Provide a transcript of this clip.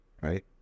right